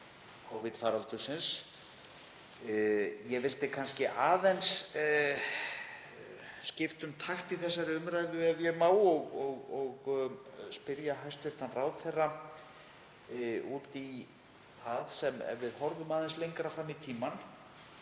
Covid-faraldursins. Ég vildi kannski aðeins skipta um takt í þessari umræðu, ef ég má, og spyrja hæstv. ráðherra: Ef við horfum aðeins lengra fram í tímann